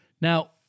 Now